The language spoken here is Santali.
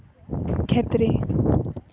ᱠᱷᱮᱛ ᱨᱮ